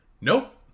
Nope